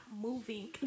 moving